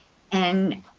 and